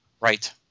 Right